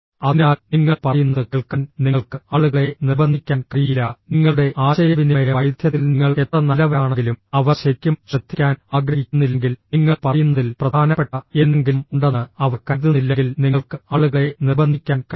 അതിനാൽ നിങ്ങൾ പറയുന്നത് കേൾക്കാൻ നിങ്ങൾക്ക് ആളുകളെ നിർബന്ധിക്കാൻ കഴിയില്ല നിങ്ങളുടെ ആശയവിനിമയ വൈദഗ്ധ്യത്തിൽ നിങ്ങൾ എത്ര നല്ലവരാണെങ്കിലും അവർ ശരിക്കും ശ്രദ്ധിക്കാൻ ആഗ്രഹിക്കുന്നില്ലെങ്കിൽ നിങ്ങൾ പറയുന്നതിൽ പ്രധാനപ്പെട്ട എന്തെങ്കിലും ഉണ്ടെന്ന് അവർ കരുതുന്നില്ലെങ്കിൽ നിങ്ങൾക്ക് ആളുകളെ നിർബന്ധിക്കാൻ കഴിയില്ല